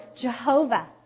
Jehovah